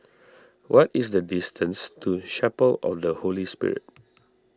what is the distance to Chapel of the Holy Spirit